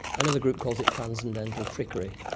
another group calls it transcendental trickery.